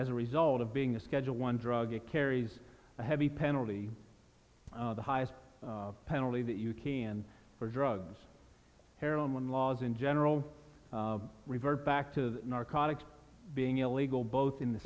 as a result of being a schedule one drug it carries a heavy penalty the highest penalty that you key and for drugs heroin laws in general revert back to narcotics being illegal both in the